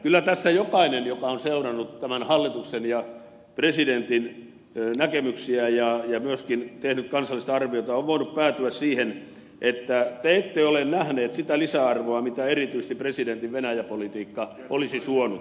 kyllä tässä jokainen joka on seurannut tämän hallituksen ja presidentin näkemyksiä ja myöskin tehnyt kansallista arviota on voinut päätyä siihen että te ette ole nähneet sitä lisäarvoa mitä erityisesti presidentin venäjä politiikka olisi suonut